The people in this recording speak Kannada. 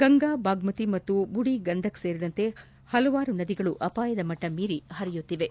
ಗಂಗಾ ಬಾಗ್ಮತಿ ಮತ್ತು ಬುರ್ಜಿ ಗಂಧಕ್ ಸೇರಿದಂತೆ ಹಲವಾರು ನದಿಗಳು ಅಪಾಯದ ಮಟ್ಟ ಮೀರಿ ಹರಿಯುತ್ತಿವೆ